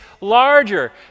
larger